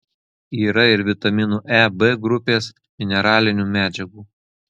yra ir vitaminų e b grupės mineralinių medžiagų